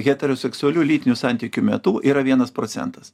heteroseksualių lytinių santykių metu yra vienas procentas